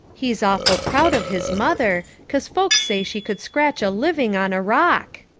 he's awful proud of his mother, cause folks say she could scratch a living on a rock.